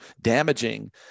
damaging